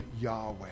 Yahweh